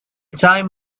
time